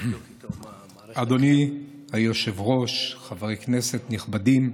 אדוני היושב-ראש, חברי כנסת נכבדים,